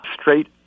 straight